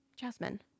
Jasmine